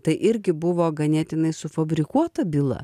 tai irgi buvo ganėtinai sufabrikuota byla